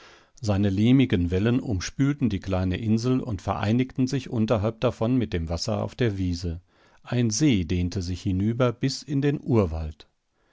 seine lehmigen wellen umspülten die kleine insel und vereinigten sich unterhalb davon mit dem wasser auf der wiese ein see dehnte sich hinüber bis in den urwald